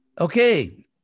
okay